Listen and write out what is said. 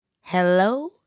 Hello